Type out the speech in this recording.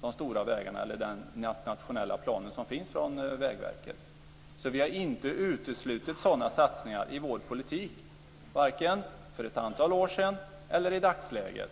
den nationella plan som finns från Vägverket. Vi har inte uteslutit sådana satsningar i vår politik, varken för ett antal år sedan eller i dagsläget.